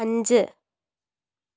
അഞ്ച്